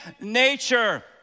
nature